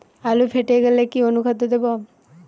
আলু ফেটে গেলে কি অনুখাদ্য দেবো?